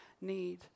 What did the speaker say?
need